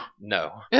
No